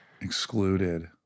excluded